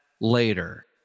later